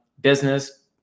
business